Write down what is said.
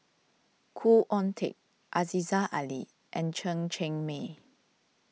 Khoo Oon Teik Aziza Ali and Chen Cheng Mei